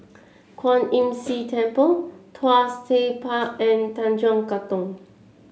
Kwan Imm See Temple Tuas Tech Park and Tanjong Katong